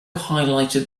highlighted